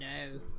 no